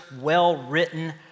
well-written